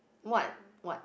what what